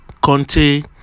Conte